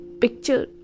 picture